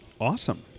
Awesome